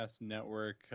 network